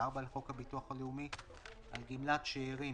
244 לחוק הביטוח הלאומי, על גמלת שארים